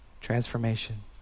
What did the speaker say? Transformation